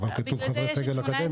אבל כתוב חברי סגל אקדמי.